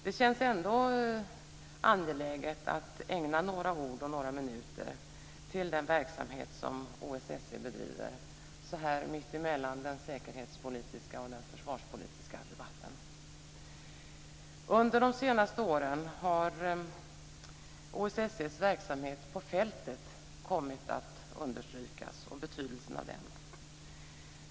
Det känns ändå angeläget att ägna några ord och några minuter åt den verksamhet som OSSE bedriver, så här mittemellan den säkerhetspolitiska och den försvarspolitiska debatten. Under de senaste åren har betydelsen av OSSE:s verksamhet på fältet kommit att understrykas.